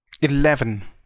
Eleven